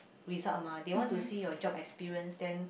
result mah they want to see you job experience then